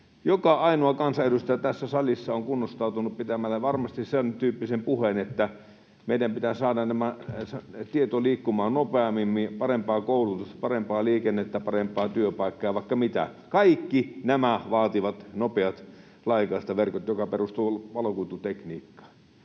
joka ainoa kansanedustaja tässä salissa on kunnostautunut pitämällä sen tyyppisen puheen, että meidän pitää saada tieto liikkumaan nopeammin, parempaa koulutusta, parempaa liikennettä, parempaa työpaikkaa ja vaikka mitä. Kaikki nämä vaativat nopeat laajakaistaverkot, jotka perustuvat valokuitutekniikkaan.